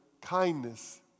kindness